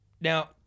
Now